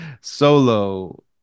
solo